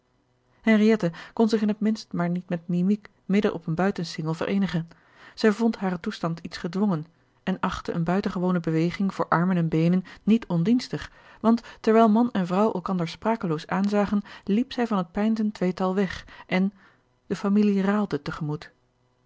henriëtte kon zich in het minst maar niet met mimiek midden op een buitensingel vereenigen zij vond haren toestand iets gedwongen en achtte eene buitengewone beweging voor armen en beenen niet ondienstig want terwijl man en vrouw elkander sprakeloos aanzagen liep zij van het peinzend tweetal weg en de familie